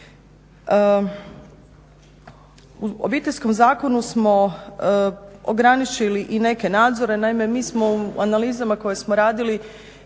U Obiteljskom zakonu smo ograničili i neke nadzore, naime, mi smo u analizama koje smo radili